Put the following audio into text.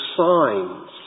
signs